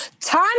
time